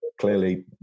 clearly